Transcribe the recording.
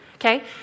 Okay